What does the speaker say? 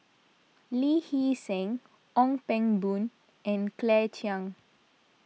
Lee Hee Seng Ong Pang Boon and Claire Chiang